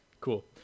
cool